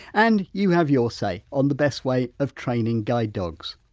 and you have your say on the best way of training guide dogs.